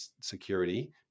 security